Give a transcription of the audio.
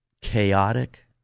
chaotic